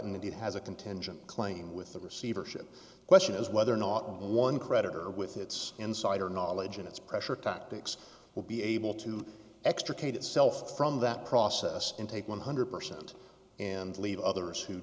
and it has a contingent claim with the receivership question is whether or not one creditor with its insider knowledge and its pressure tactics will be able to extricate itself from that process and take one hundred percent and leave others who